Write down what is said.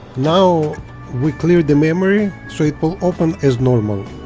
now we cleared the memory so it will open as normal